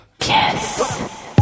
Yes